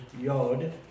Yod